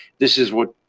this is what,